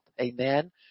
Amen